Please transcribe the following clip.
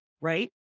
right